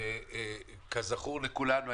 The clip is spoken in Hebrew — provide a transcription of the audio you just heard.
וכזכור לכולנו,